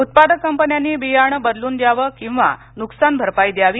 उत्पादक कंपन्यांनी बियाणे बदलवून द्यावे किंवा नुकसान भरपाई द्यावी